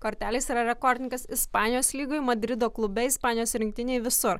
kortelė jis ir yra rekordininkas ispanijos lygoj madrido klube ispanijos rinktinėj visur